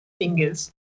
fingers